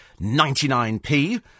99P